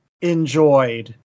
enjoyed